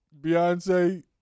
Beyonce